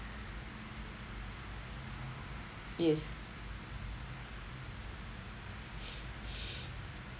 yes